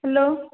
hello